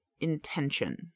intention